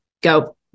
go